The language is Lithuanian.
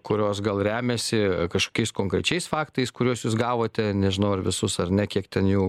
kurios gal remiasi kažkokiais konkrečiais faktais kuriuos jūs gavote nežinau ar visus ar ne kiek ten jau